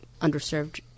underserved